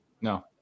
No